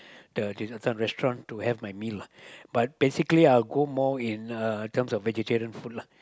the this certain restaurant to have my meal lah but basically I'll go more in uh terms of vegetarian food lah